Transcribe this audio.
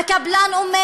והקבלן אומר